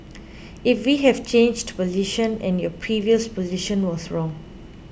if we have changed position and your previous position was wrong